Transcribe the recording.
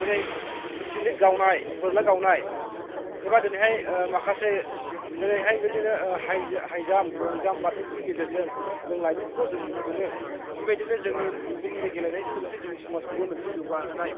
दिनै जिलिद गावनाय बोरला गावनाय एबा दिनैहाय माखासे दिनैहाय बिदिनो हाइ जाम्फ लं जाम्फ बारनायफोरनि गेजेरजों जों लाइमोनफोरखौ जों नुनो मोनो बेबायदिनो जोंनि बे गेलेनायजों लोगोसे जोंनि समाजखौबो मोनसे जौगा होनाय